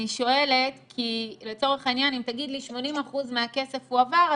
אני שואלת כי לצורך העניין אם תגיד לי 80% מהכסף הועבר,